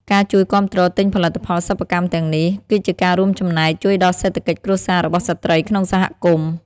ការជួយគាំទ្រទិញផលិតផលសិប្បកម្មទាំងនេះ គឺជាការរួមចំណែកជួយដល់សេដ្ឋកិច្ចគ្រួសាររបស់ស្ត្រីក្នុងសហគមន៍។